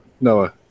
Noah